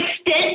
stint